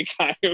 time